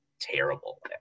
terrible